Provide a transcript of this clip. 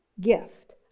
gift